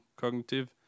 Cognitive